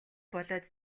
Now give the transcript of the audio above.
болоод